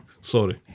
Sorry